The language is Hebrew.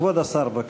כבוד השר, בבקשה.